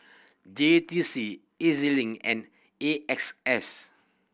J T C E Z Link and A X S